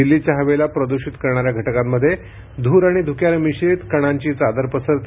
दिल्लीच्या हवेला प्रदूषित करणाऱ्या घटकांमध्ये धूर आणि धुक्यानं मिश्रित कणांची चादर पसरते